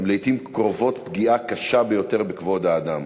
הם לעתים קרובות פגיעה קשה ביותר בכבוד האדם.